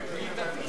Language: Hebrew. ההצעה